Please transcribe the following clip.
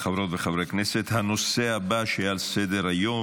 חברות וחברי הכנסת, הנושא הבא שעל סדר-היום,